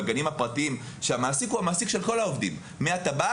בגנים הפרטיים שהמעסיק הוא המעסיק של כל העובדים מהטבח,